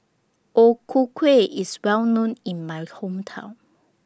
O Ku Kueh IS Well known in My Hometown